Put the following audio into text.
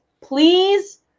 Please